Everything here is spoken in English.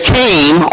came